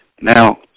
Now